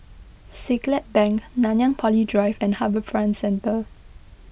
Siglap Bank Nanyang Poly Drive and HarbourFront Centre